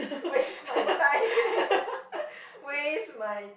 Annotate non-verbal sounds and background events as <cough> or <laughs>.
<noise> waste my time eh <laughs> waste my